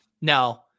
No